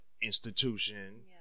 institution